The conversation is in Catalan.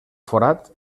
forat